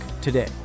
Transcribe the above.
today